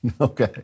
okay